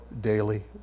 daily